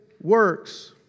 works